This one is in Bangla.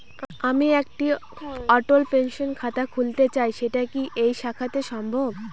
আমি একটি অটল পেনশন খাতা খুলতে চাই সেটা কি এই শাখাতে সম্ভব?